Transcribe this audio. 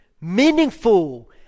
meaningful